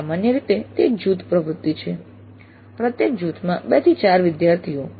અને સામાન્ય રીતે તે એક જૂથ પ્રવૃત્તિ છે પ્રત્યેક જૂથમાં 2 થી 4 વિદ્યાર્થીઓ